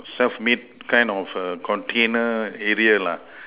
self made kind of err container area lah